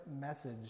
message